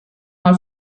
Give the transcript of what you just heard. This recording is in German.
mal